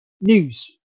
News